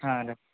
ಹಾಂ ರೀ